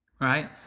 right